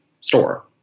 store